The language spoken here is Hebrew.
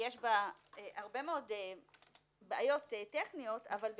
יש בה הרבה מאוד בעיות טכניות, אבל במהותה,